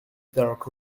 dark